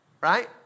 Right